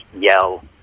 yell